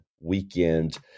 weekend